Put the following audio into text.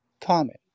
common